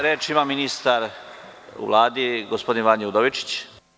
Reč ima ministar u Vladi, gospodin Vanja Udovičić.